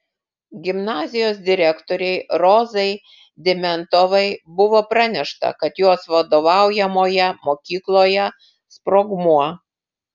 gimnazijos direktorei rozai dimentovai buvo pranešta kad jos vadovaujamoje mokykloje sprogmuo